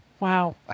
Wow